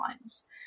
lines